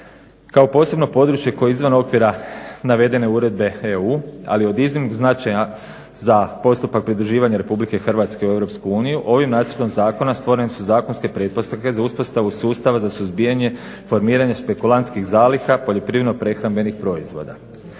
Kao posebno područje koje je izvan okvira navedene Uredbe EU, ali je od iznimnog značaja za postupak pridruživanja RH u EU ovim nacrtom zakona stvorene su zakonske pretpostavke za uspostavu sustava za suzbijanje formiranja špekulantskih zaliha poljoprivredno-prehrambenih proizvoda.